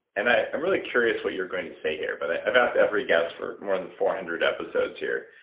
and i'm really curious what you're going to say here. but i've asked every guest for more than four hundred episodes here,